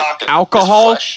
alcohol